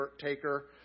taker